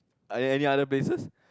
are there any other places